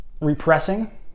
repressing